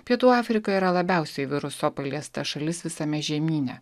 pietų afrika yra labiausiai viruso paliesta šalis visame žemyne